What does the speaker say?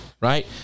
right